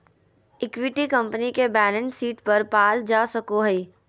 equity company के balance sheet पर पाल जा सको हइ